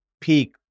peak